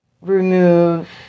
remove